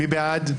מי בעד?